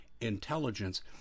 intelligence